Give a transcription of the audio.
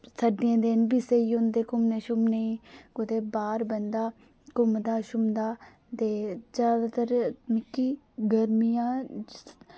सर्दियें दिन बी स्हेई होंदे घूमने शुमने कुतै बाह्र बंदा घूमदा शुमदा ते जैदातर मिकी गर्मियां